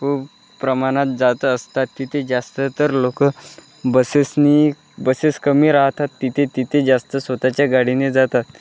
खूप प्रमाणात जात असतात तिथे जास्त तर लोक बसेसने बसेस कमी राहतात तिथे तिथे जास्त स्वतःच्या गाडीने जातात